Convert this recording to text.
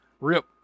rip